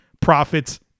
profits